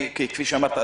כמו שאמרת,